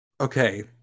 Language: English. Okay